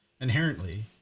inherently